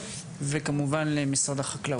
ולמשרד החקלאות.